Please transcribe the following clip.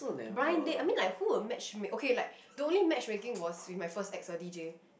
blind date I mean like who would match make okay like the only matchmaking was with my first ex uh D_J